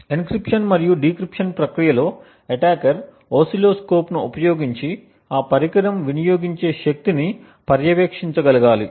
encryption మరియు decryption ప్రక్రియలో attacker oscilloscope ను ఉపయోగించి ఆ పరికరం వినియోగించే శక్తిని పర్యవేక్షించగలగాలి